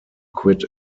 quit